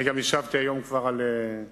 אני גם השבתי היום כבר על שאילתא,